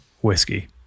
whiskey